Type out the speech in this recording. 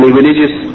religious